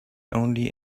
only